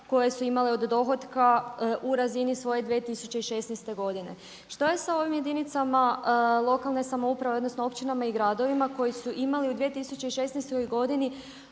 koje su imale od dohotka u razini svoje 2016. godine, što je sa ovim jedinicama lokalne samouprave, odnosno općinama i gradovima koji su imali u 2016. godini